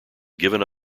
given